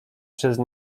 spoza